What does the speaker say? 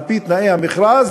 על-פי תנאי המכרז,